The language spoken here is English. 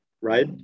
right